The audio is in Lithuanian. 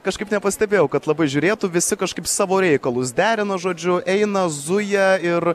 kažkaip nepastebėjau kad labai žiūrėtų visi kažkaip savo reikalus derino žodžiu eina zuja ir